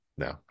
No